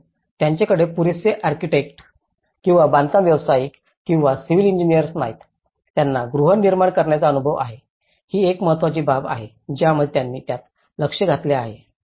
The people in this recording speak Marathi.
परंतु त्यांच्याकडे पुरेसे आर्किटेक्ट किंवा बांधकाम व्यावसायिक किंवा सिविल इंजिनिर्स नाहीत ज्यांना गृहनिर्माण करण्याचा अनुभव आहे ही एक महत्त्वाची बाब आहे ज्यामध्ये त्यांनी त्यात लक्ष घातले आहे